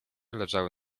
leżały